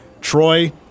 Troy